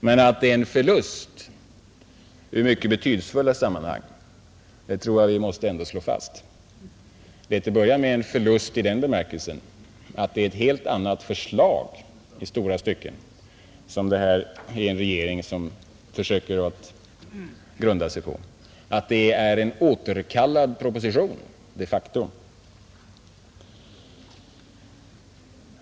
Men att det är en förlust i mycket betydelsefulla sammanhang tror jag nog att vi måste slå fast. Det är till att börja med en förlust i den bemärkelsen att det i stora stycken är ett helt annat förslag som regeringen försöker att grunda sig på. Det är en återkallad proposition de facto.